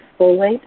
folate